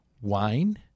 wine